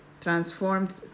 transformed